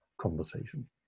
conversation